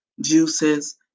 juices